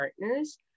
partners